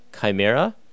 Chimera